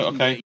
Okay